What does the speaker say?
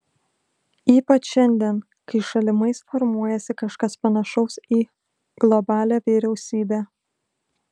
ypač šiandien kai šalimais formuojasi kažkas panašaus į globalią vyriausybę